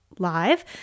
live